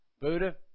Buddha